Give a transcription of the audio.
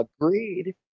Agreed